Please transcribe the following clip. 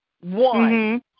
One